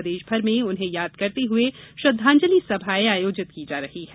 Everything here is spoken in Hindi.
प्रदेश भर में उन्हें याद करते हुए श्रद्धांजलि सभायें आयोजित की जा रही है